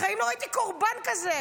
בחיים לא ראיתי קורבן כזה.